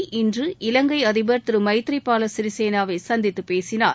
நேபாளம் இன்று இலங்கைஅதிபர் திருமைத்ரிபாலசிறிசேனாவைசந்தித்துபேசினார்